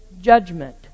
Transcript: judgment